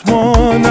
one